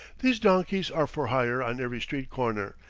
these donkeys are for hire on every street-corner,